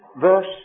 verse